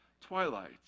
Twilight